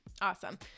Awesome